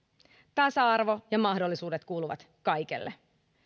tasa arvo ja mahdollisuudet kuuluvat kaikille